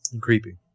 creepy